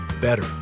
better